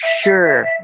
sure